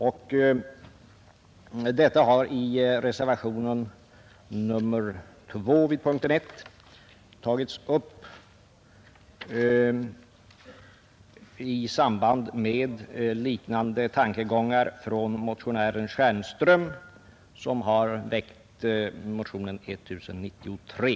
Detta förslag har i reservationen 2 vid punkten 1 tagits upp i samband med liknande tankegångar, som framförts av herr Stjernström m.fl. i motionen 1093.